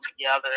together